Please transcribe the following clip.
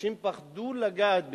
אנשים פחדו לגעת בזה.